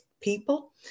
people